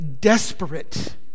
desperate